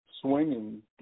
swinging